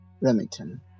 Remington